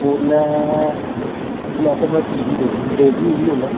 ओल्लै black and TV radio हे ओल्लै